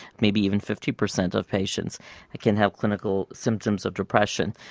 maybe even fifty percent of patients can have clinical symptoms of depression.